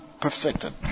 perfected